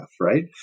right